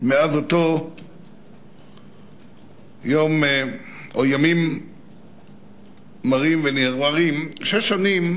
מאז אותו יום או ימים מרים ונמהרים, שש שנים